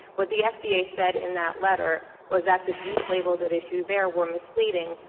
what the fda said in that letter was that the juice labels at issue there were misleading,